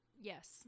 Yes